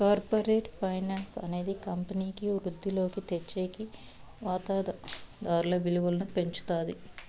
corporate finance అనేది కంపెనీకి వృద్ధిలోకి తెచ్చేకి వాతాదారుల విలువను పెంచుతాది